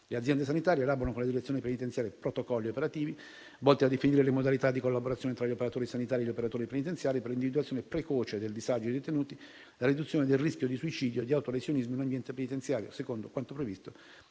Le aziende sanitarie elaborano con le direzioni penitenziarie protocolli operativi, volti a definire le modalità di collaborazione tra gli operatori sanitari e gli operatori penitenziari per l'individuazione precoce del disagio dei detenuti e la riduzione del rischio di suicidio e di autolesionismo in ambiente penitenziario, secondo quanto previsto